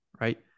right